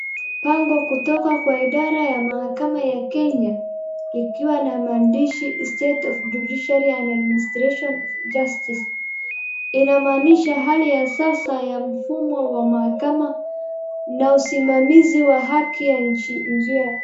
Bango kutoka kwa idara ya mahakama ya Kenya, likiwa na maandishi state of judiciary and administration justice . Inamaanisha hali ya sasa ya mfumo wa mahakama na usimamizi wa haki ya njia.